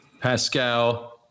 Pascal